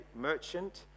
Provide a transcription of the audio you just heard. merchant